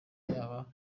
yaba